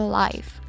life